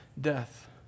Death